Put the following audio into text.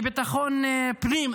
לאומי.